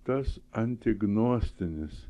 tas antignostinis